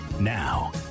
Now